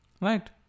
Right